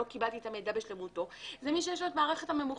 שהוא לא קיבל את המידע בשלמותו זה מי שיש לו את המערכת הממוחשבת,